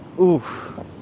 Oof